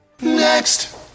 Next